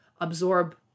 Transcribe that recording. absorb